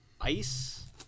Ice